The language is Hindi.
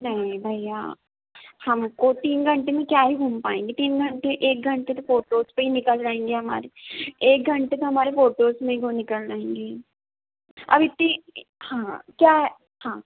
नहीं भैया हमको तीन घंटे में क्या ही घूम पाएँगे तीन घंटे एक घंटे तो फ़ोटोज़ पर ही निकल जाएँगे हमारे एक घंटे तो हमारे फ़ोटोज़ में ही वह निकल जाएँगे अब इतनी हाँ क्या है हाँ